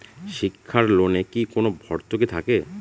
শিক্ষার লোনে কি কোনো ভরতুকি থাকে?